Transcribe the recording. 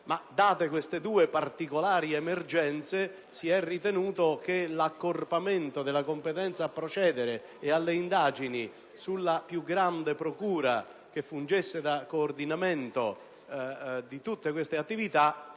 date queste due particolari emergenze, si è ritenuto che l'accorpamento della competenza a procedere e alle indagini sulla più grande procura, che fungesse da coordinamento di tutte queste attività,